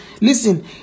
listen